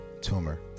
tumor